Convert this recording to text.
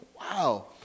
Wow